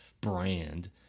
brand